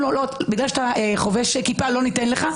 לו: בגלל שאתה חובש כיפה לא ניתן לך,